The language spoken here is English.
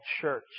church